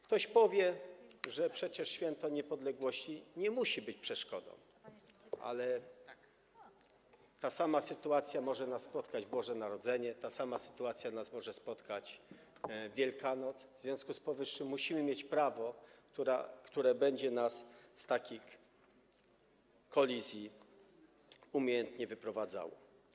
Ktoś powie, że przecież Święto Niepodległości nie musi być przeszkodą, ale ta sama sytuacja może nas spotkać w Boże Narodzenie, ta sama sytuacja może nas spotkać w Wielkanoc, w związku z powyższym musimy mieć prawo, które będzie nas z takich kolizji umiejętnie wyprowadzało.